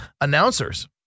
announcers